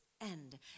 end